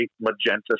magenta